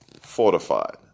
fortified